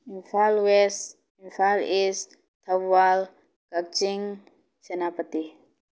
Imphal west Imphal east Thoubal Kakching Senapati